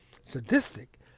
sadistic